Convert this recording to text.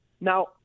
Now